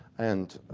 and